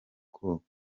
koga